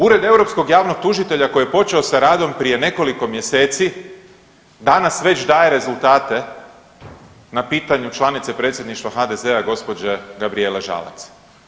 Ured europskog javnog tužitelja koji je počeo sa radom prije nekoliko mjeseci danas već daje rezultate na pitanju članice predsjedništva HDZ-a gospođe Gabrijele Žalac.